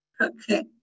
Okay